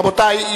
רבותי,